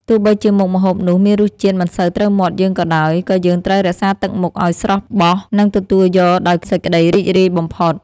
ទោះបីជាមុខម្ហូបនោះមានរសជាតិមិនសូវត្រូវមាត់យើងក៏ដោយ ក៏យើងត្រូវរក្សាទឹកមុខឱ្យស្រស់បោះ និងទទួលយកដោយសេចក្តីរីករាយបំផុត។